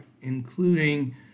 including